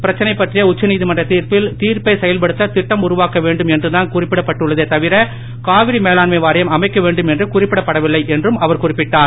பிரச்னை பற்றிய உச்சநீதிமன்ற திர்ப்பில் திர்ப்பை செயல்படுத்த திட்டம் உருவாக்க வேண்டும் என்றுதான் குறிப்பிடப்பட்டுள்ளதே தவிர காவிரி மேலாண்மை வாரியம் அமைக்க வேண்டும் என்று கூறப்படவில்லை என்றும் அவர் குறிப்பிட்டார்